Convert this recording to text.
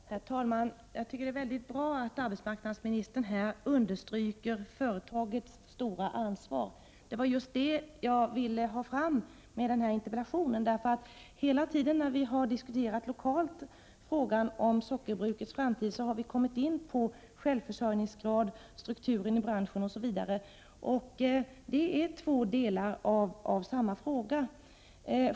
Herr talman! Jag tycker att det är mycket bra att arbetsmarknadsministern understryker företagets stora ansvar. Det var just det jag ville ha fram med denna interpellation. Hela tiden när vi lokalt har diskuterat frågan om sockerbrukets framtid, har vi kommit in på självförsörjningsgrad, strukturen i branschen osv. Det är två delar av samma fråga.